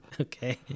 Okay